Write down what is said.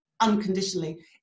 unconditionally